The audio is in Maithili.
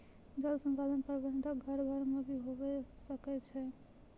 जल संसाधन प्रबंधन घर घर मे भी हुवै सकै छै